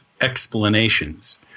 explanations